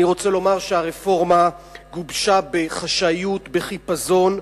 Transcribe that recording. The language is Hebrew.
אני רוצה לומר שהרפורמה גובשה בחשאיות, בחיפזון,